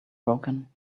broken